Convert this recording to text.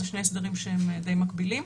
אלו שני הסדרים שהם די מקבילים.